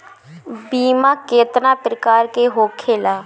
बीमा केतना प्रकार के होखे ला?